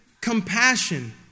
compassion